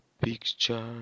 picture